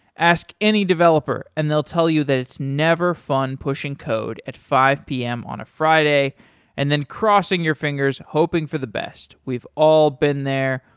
ask any developer and they'll tell you that it's never fun pushing code at five p m. on a friday and then crossing your fingers hoping for the best. we've all been there.